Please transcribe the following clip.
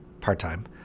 part-time